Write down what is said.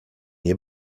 nie